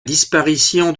disparition